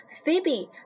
Phoebe，